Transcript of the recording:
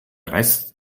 rest